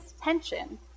tension